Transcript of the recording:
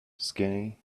skinny